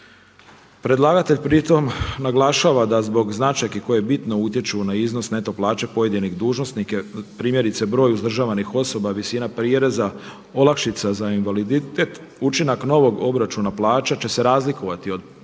Predlagatelj pritom naglašava da zbog značajki koje bitno utječu na iznos neto plaće pojedinih dužnosnika primjerice broj uzdržavanih osoba, visina prireza, olakšica za invaliditet, učinak novog obračuna plaće će se razlikovati kod pojedinih